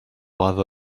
brave